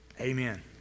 Amen